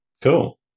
Cool